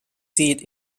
seat